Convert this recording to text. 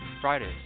Fridays